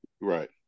Right